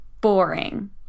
boring